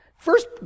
First